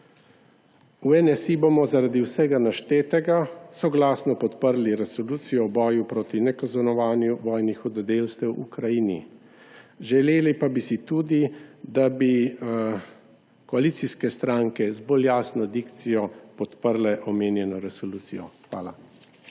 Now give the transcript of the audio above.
V NSi bomo zaradi vsega naštetega soglasno podprli resolucijo o boju proti nekaznovanju vojnih hudodelstev Ukrajini, želeli pa bi si tudi, da bi koalicijske stranke z bolj jasno dikcijo podprle omenjeno resolucijo. Hvala.